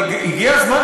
אבל הגיע הזמן,